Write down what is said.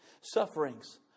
sufferings